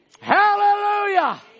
Hallelujah